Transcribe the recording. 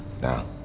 now